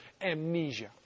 amnesia